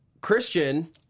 Christian